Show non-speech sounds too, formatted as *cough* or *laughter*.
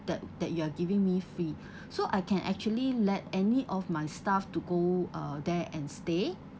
that that you are giving me free *breath* so I can actually let any of my staff to go uh there and stay